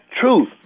truth